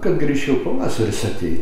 kad greičiau pavasaris atei